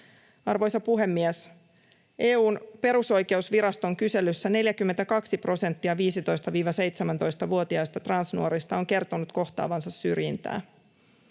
Arvoisa puhemies! EU:n perusoikeusviraston kyselyssä 42 prosenttia 15—17-vuotiaista transnuorista on kertonut kohtaavansa syrjintää.